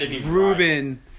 Ruben